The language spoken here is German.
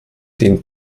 den